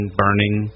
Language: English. burning